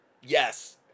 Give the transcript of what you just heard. yes